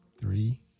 Three